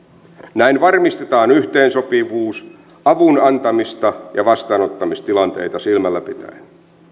näin varmistetaan yhteensopivuus avun antamis ja vastaanottamistilanteita silmällä pitäen